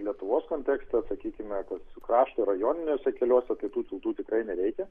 lietuvos kontekste sakykime su krašto ir rajoniniuose keliuose tai tų tiltų tikrai nereikia